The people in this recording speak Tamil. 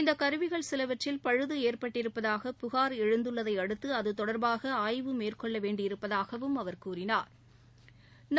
இந்த கருவிகள் சிலவற்றில் பழுது ஏற்பட்டிருப்பதாக புகாா் எழுந்துள்ளதை அடுத்து அது தொடா்பாக ஆய்வு மேற்கொள்ள வேண்டி இருப்பதாகவும் அவா் கூறினாா்